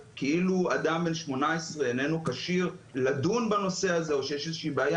שום אדם צעיר בן 18 לא חושב מה יעשו עם זרעו לאחר מותו,